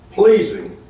Pleasing